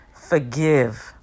forgive